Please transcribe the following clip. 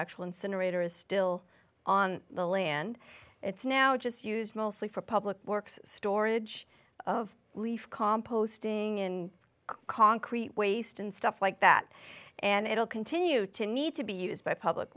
actual incinerator is still on the land it's now just used mostly for public works storage of leaf composting in concrete waste and stuff like that and it will continue to need to be used by public